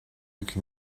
luc